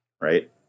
right